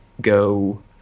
go